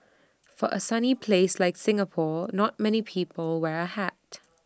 for A sunny place like Singapore not many people wear A hat